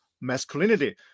masculinity